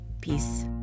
Peace